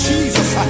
Jesus